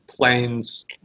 Planes